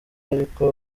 aliko